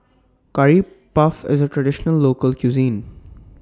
Curry Puff IS A Traditional Local Cuisine